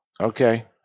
Okay